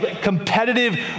competitive